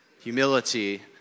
humility